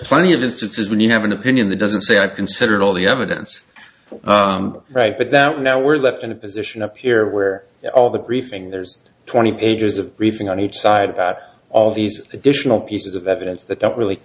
plenty of instances when you have an opinion that doesn't say i've considered all the evidence right but that now we're left in a position up here where all the briefing there's twenty pages of briefing on each side that all these additional pieces of evidence that